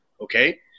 Okay